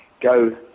go